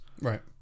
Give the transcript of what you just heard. right